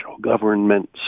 government